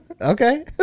Okay